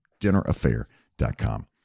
Dinneraffair.com